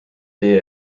teie